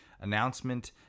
announcement